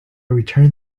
returned